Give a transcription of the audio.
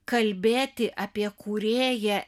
kalbėti apie kūrėją